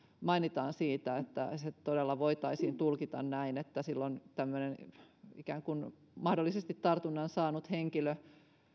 mainitaan siitä että se todella voitaisiin tulkita näin että silloin kun tämmöinen mahdollisesti tartunnan saanut henkilö